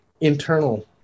internal